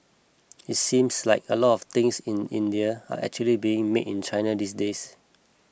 it seems like a lot of things in India are actually being made in China these days